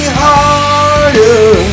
harder